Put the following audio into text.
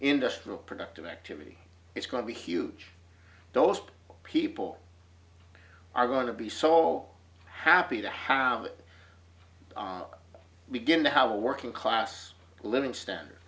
industrial productive activity it's going to be huge those people are going to be so happy to have begin to have a working class living standard